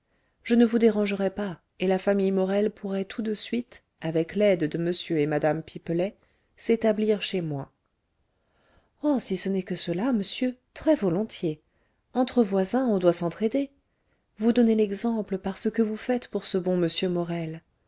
je ne vous dérangerais pas et la famille morel pourrait tout de suite avec l'aide de m et mme pipelet s'établir chez moi oh si ce n'est que cela monsieur très-volontiers entre voisins on doit s'entraider vous donnez l'exemple par ce que vous faites pour ce bon m morel